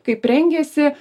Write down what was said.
kaip rengėsi